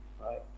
right